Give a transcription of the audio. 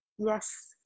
Yes